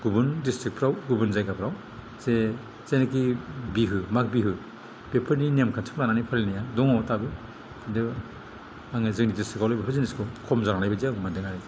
गुबुन दिस्ट्रिकफ्राव गुबुन जायगाफ्राव जे जायनाकि बिहु माग बिहु बेफोरनि नेमखान्थिखौ लानानै फालिनाया दङ दाबो किन्तु आङो जोंनि दिस्ट्रिकावल' बेफोर जिनिसखौ खम जालांनाय बायदि मोन्दों आरोखि